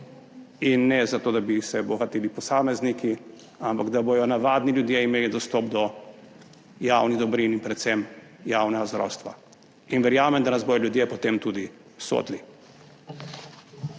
in ne zato, da bi se bogateli posamezniki, ampak da bodo navadni ljudje imeli dostop do javnih dobrin in predvsem javnega zdravstva. In verjamem, da nas bodo ljudje po tem tudi sodili.